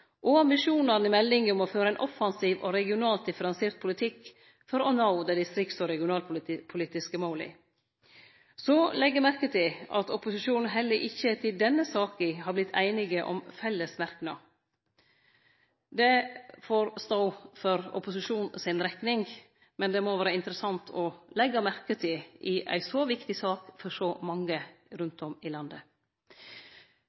og ambisjonen i meldinga om å føre ein offensiv og regionalt differensiert politikk for å nå dei distrikts- og regionalpolitiske måla. Så legg eg merke til at opposisjonen heller ikkje i denne saka har vorte einig om fellesmerknad. Det får stå for opposisjonen si rekning, men det må vere interessant å leggje merke til i ei så viktig sak for så mange